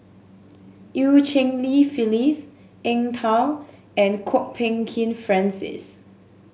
Eu Cheng Li Phyllis Eng Tow and Kwok Peng Kin Francis